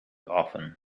often